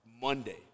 Monday